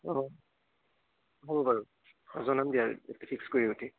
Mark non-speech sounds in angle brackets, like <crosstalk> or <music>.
<unintelligible> জনাম দিয়া ফিক্স কৰি উঠি